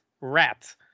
rat